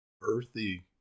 earthy